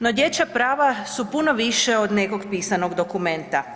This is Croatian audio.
No dječja prava su puno više od nekog pisanog dokumenta.